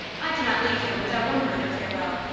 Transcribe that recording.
i cannot leave him without one word of farewell.